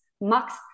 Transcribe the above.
max